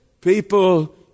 people